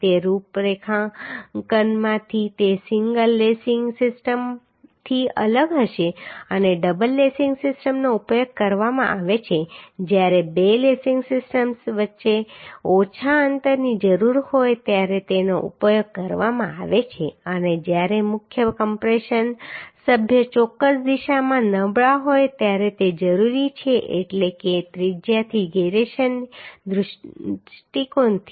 તે રૂપરેખાંકનમાંથી તે સિંગલ લેસિંગ સિસ્ટમથી અલગ હશે અને ડબલ લેસિંગ સિસ્ટમનો ઉપયોગ કરવામાં આવે છે જ્યારે બે લેસિંગ સિસ્ટમ્સ વચ્ચે ઓછા અંતરની જરૂર હોય ત્યારે તેનો ઉપયોગ કરવામાં આવે છે અને જ્યારે મુખ્ય કમ્પ્રેશન સભ્યો ચોક્કસ દિશામાં નબળા હોય ત્યારે તે જરૂરી છે એટલે કે ત્રિજ્યાથી જીરેશનના દૃષ્ટિકોણથી